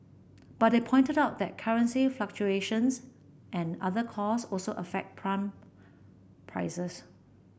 but they pointed out that currency fluctuations and other costs also affect pump prices